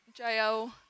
JL